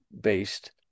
based